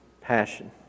passion